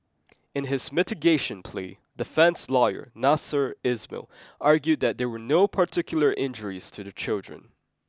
in his mitigation plea defence lawyer Nasser Ismail argued that there were no particular injuries to the children